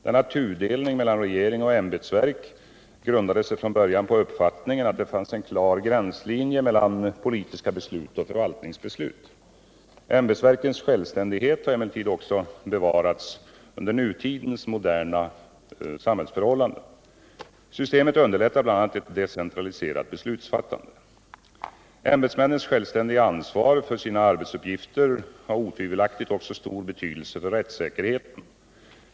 Denna tudelning mellan regering och ämbetsverk grundade sig från början på uppfattningen att det fanns en klar gränslinje mellan politiska beslut och förvaltningsbeslut. Ämbetsverkens självständighet har emellertid också bevarats under nutidens moderna samhällsförhållanden. Systemet underlättar bl.a. ett decentraliserat beslutsfattande. Ämbetsmännens självständiga ansvar för sina arbetsuppgifter har otvivelaktigt också stor betydelse för rättssäkerheten.